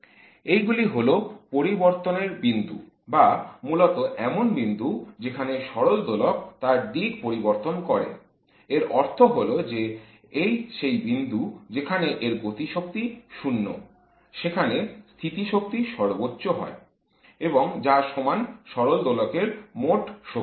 এগুলি হল পরিবর্তনের বিন্দু বা মূলত এমন বিন্দু যেখানে সরল দোলক তার দিক পরিবর্তন করে এর অর্থ হল যে এই সেই বিন্দু যেখানে এর গতি শক্তি 0 সেখানে স্থিতিশক্তি সর্বোচ্চ হয় এবং যা সমান সরল দোলকের মোট শক্তি